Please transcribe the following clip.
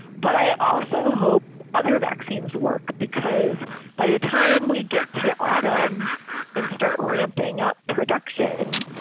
but i also hope other vaccines work because by the time we get to autumn and start ramping up production,